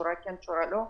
שורה כן שורה לא.